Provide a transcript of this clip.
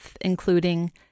including